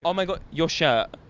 oh my god, your shirt.